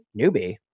newbie